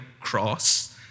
cross